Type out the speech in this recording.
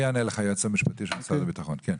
כן.